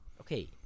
Okay